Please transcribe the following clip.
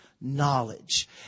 knowledge